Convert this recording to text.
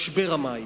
משבר המים.